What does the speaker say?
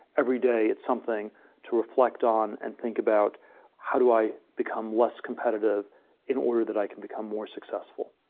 every day, it's something to reflect on and think about how do i become less competitive in order that i can become more successful.